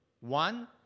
One